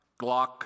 Glock